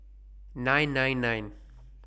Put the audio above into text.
nine nine nine